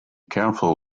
careful